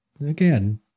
again